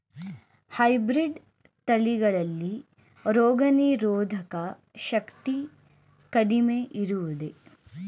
Hybrid ತಳಿಗಳಲ್ಲಿ ರೋಗನಿರೋಧಕ ಶಕ್ತಿ ಕಡಿಮೆ ಇರುವುದೇ?